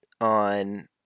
on